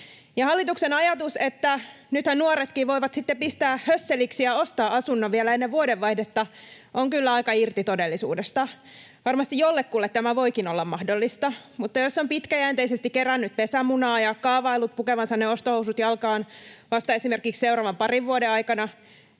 Hallituksen ajatus, että nythän nuoretkin voivat sitten pistää hösseliksi ja ostaa asunnon vielä ennen vuodenvaihdetta, on kyllä aika irti todellisuudesta. Varmasti jollekulle tämä voikin olla mahdollista, mutta jos on pitkäjänteisesti kerännyt pesämunaa ja kaavaillut pukevansa ne ostohousut jalkaan vasta esimerkiksi seuraavan parin vuoden aikana,